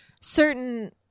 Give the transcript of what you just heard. certain